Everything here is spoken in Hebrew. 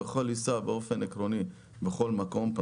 הוא יכול לנסוע באופן עקרוני בכל מקום,